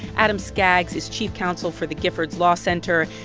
adam skaggs is chief counsel for the giffords law center.